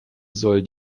soll